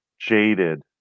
jaded